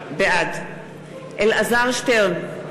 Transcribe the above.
בעד אלעזר שטרן,